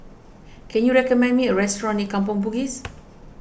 can you recommend me a restaurant near Kampong Bugis